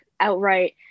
outright